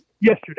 Yesterday